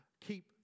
keep